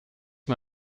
mir